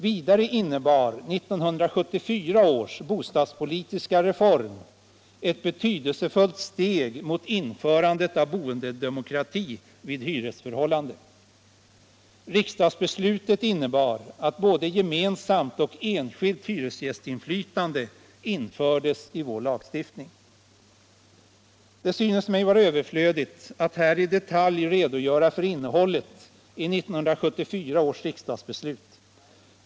Vidare utgjorde 1974 års bostadspolitiska reform ett betydelsefullt steg mot införandet av boendedemokrati vid hyresförhållande. Riksdagsbeslutet innebar att både gemensamt och enskilt hyresgästinflytande infördes i vår lagstiftning. Det synes mig vara överflödigt att här i detalj redogöra för innehållet i 1974 års riksdagsbeslut.